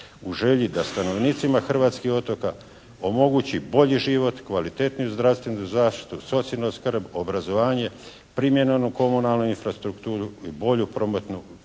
u želji da stanovnicima hrvatskih otoka omogući bolji život, kvalitetniju zdravstvenu zaštitu, socijalnu skrb, obrazovanje, primjerenu komunalnu infrastruktura i bolju prometnu